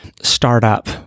startup